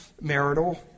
marital